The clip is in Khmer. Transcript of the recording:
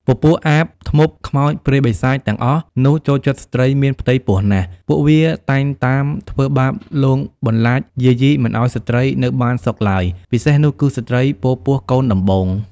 ពពូកអាប ធ្មប់ ខ្មោច ព្រាយបិសាចអស់ទាំងនោះចូលចិត្តស្ត្រីមានផ្ទៃពោះណាស់ ពួកវាតែងតាមធ្វើបាបលងបន្លាចយាយីមិនឲ្យស្ត្រីនៅបានសុខឡើយពិសេសនោះគឺស្រ្តីពពោះកូនដំបូង